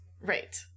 Right